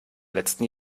letzten